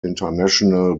international